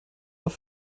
auf